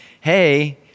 Hey